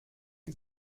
die